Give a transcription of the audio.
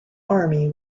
army